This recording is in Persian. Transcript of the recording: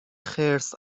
خرس